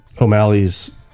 O'Malley's